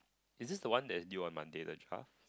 is this the one that is due on Monday the trial